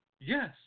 Yes